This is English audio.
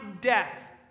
death